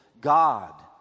God